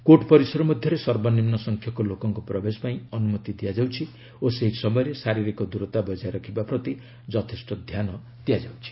court ପରିସର ମଧ୍ୟରେ ସର୍ବନିମ୍ନ ସଂଖ୍ୟକ ଲୋକଙ୍କ ପ୍ରବେଶ ପାଇଁ ଅନ୍ତମତି ଦିଆଯାଉଛି ଓ ସେହି ସମୟରେ ଶାରୀରିକ ଦୂରତା ବଜାୟ ରଖିବା ପ୍ରତି ଯଥେଷ୍ଟ ଧ୍ୟାନ ଦିଆଯାଉଛି